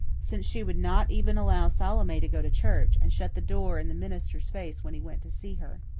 since she would not even allow salome to go to church, and shut the door in the minister's face when he went to see her.